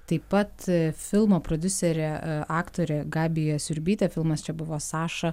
taip pat filmo prodiuserė e aktorė gabija siurbytė filmas čia buvo saša